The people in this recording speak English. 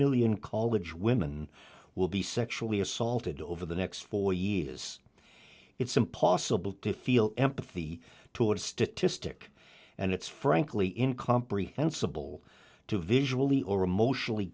million college women will be sexually assaulted over the next four years it's impossible to feel empathy toward statistic and it's frankly in comprehensible to visually or emotionally